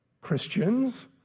Christians